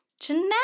Jeanette